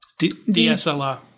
DSLR